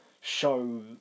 show